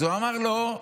אז הוא אמר לו: